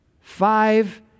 five